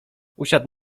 usiadł